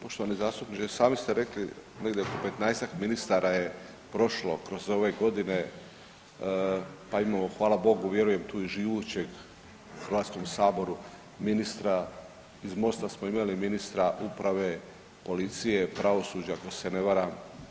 Poštovani zastupniče, sami ste rekli negdje oko petnaestak ministara je prošlo kroz ove godine pa imamo hvala bogu, vjerujem tu i živućeg u Hrvatskom saboru ministra iz MOST-a smo imali ministra uprave, policije, pravosuđa ako se ne varam.